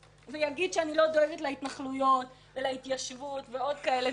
ויגיד שאני לא דואגת להתנחלויות ולהתיישבות ולעוד כאלה דברים.